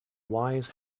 wise